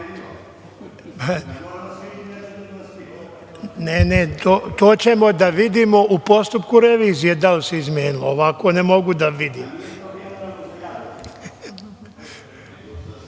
ne to ćemo da vidimo u postupku revizije da li se izmenilo. Ovako ne mogu da